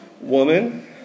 Woman